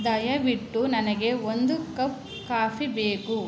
ದಯವಿಟ್ಟು ನನಗೆ ಒಂದು ಕಪ್ ಕಾಫಿ ಬೇಕು